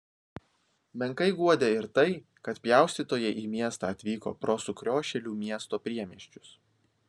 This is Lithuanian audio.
menkai guodė ir tai kad pjaustytojai į miestą atvyko pro sukriošėlių miesto priemiesčius